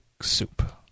soup